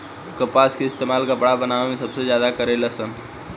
कपास के इस्तेमाल कपड़ा बनावे मे सबसे ज्यादा करे लेन सन